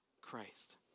Christ